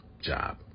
job